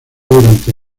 durante